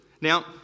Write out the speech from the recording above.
Now